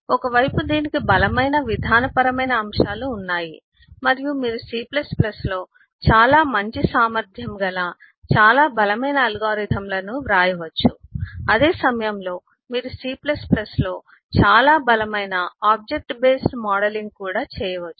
ఒక వైపు దీనికి బలమైన విధానపరమైన అంశాలు ఉన్నాయి మరియు మీరు C లో చాలా మంచి సామర్థ్యంగల చాలా బలమైన అల్గోరిథంలను వ్రాయవచ్చు అదే సమయంలో మీరు C లో చాలా బలమైన ఆబ్జెక్ట్ బేస్డ్ మోడలింగ్ కూడా చేయవచ్చు